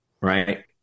Right